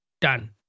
Done